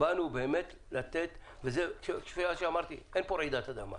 אין כאן רעידת אדמה.